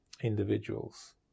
individuals